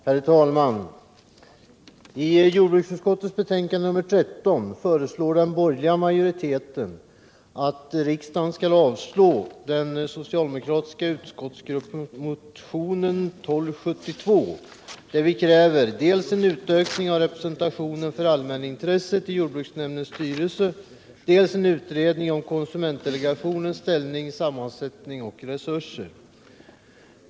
Herr talman! I jordbruksutskottets betänkande nr 13 föreslår den borgerliga majoriteten att riksdagen skall avslå den socialdemokratiska utskottsgruppsmotionen 1272, där vi kräver dels en utökning av representationen för allmänintresset i jordbruksnämndens styrelse, dels en utredning om konsumentdelegationens ställning, sammansättning och resurser.